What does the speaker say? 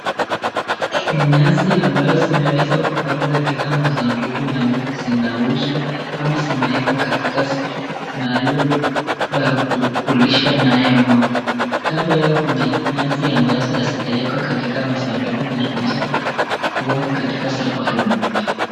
Ni nyasi ambayo zimeweza kupangwa katika masanduku na zinauzwa ama zimewekwa katika mahali pa kulisha nayo ng'ombe. Kando yao kuna nyasi ambazo hazijawekwa katika sanduku na hazijaweza kuwa katika sakafuni.